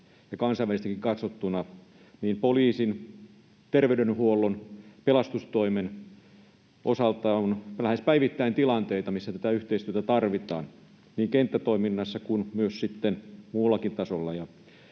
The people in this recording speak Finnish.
Kansainvälisestikin katsottuna poliisin, terveydenhuollon, pelastustoimen osalta on lähes päivittäin tilanteita, missä tätä yhteistyötä tarvitaan niin kenttätoiminnassa kuin myös sitten muullakin tasolla.